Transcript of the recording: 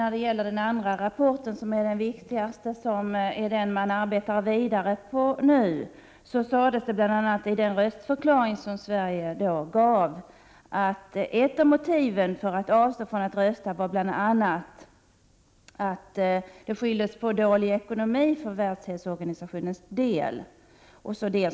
När det gäller den andra rapporten, den som är viktigast och som man arbetar vidare på nu, sades i den röstförklaring Sverige gav att ett av motiven för att avstå från att rösta var bl.a. dålig ekonomi för Världshälsoorganisationens del.